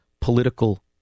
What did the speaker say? political